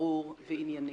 ברור וענייני.